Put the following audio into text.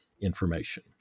information